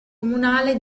comunale